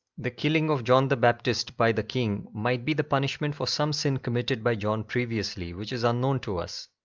the killing of john the baptist by the king might be the punishment for some sin committed by john previously, which is unknown to us.